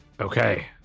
Okay